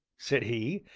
said he,